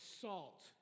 salt